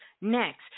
next